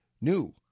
new